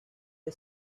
del